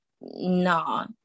no